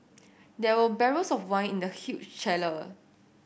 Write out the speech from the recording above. there were barrels of wine in the huge chiller